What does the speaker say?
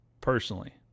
personally